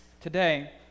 Today